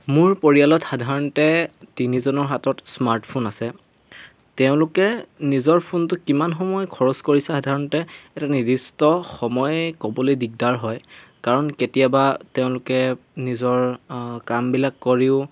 মোৰ পৰিয়ালত সাধাৰণতে তিনিজনৰ হাতত স্মাৰ্টফোন আছে তেওঁলোকে নিজৰ ফোনটো কিমান সময় খৰচ কৰিছে সাধাৰণতে এটা নিৰ্দিষ্ট সময় ক'বলৈ দিগদাৰ হয় কাৰণ কেতিয়াবা তেওঁলোকে নিজৰ কামবিলাক কৰিও